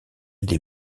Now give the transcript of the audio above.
des